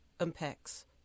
impacts